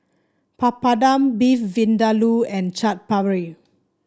Papadum Beef Vindaloo and Chaat Papri